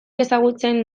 ezagutzen